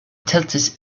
tilted